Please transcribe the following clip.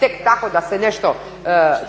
tek tako da se nešto